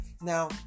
Now